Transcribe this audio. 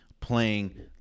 playing